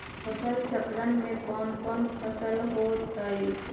फसल चक्रण में कौन कौन फसल हो ताई?